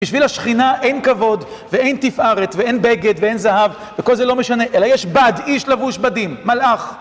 בשביל השכינה אין כבוד, ואין תפארת, ואין בגד, ואין זהב, וכל זה לא משנה, אלא יש בד, איש לבוש בדים, מלאך.